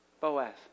Boaz